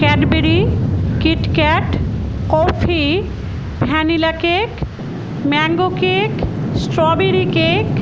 Cadbury KitKat coffe vanilla cake mango cake strawberry cake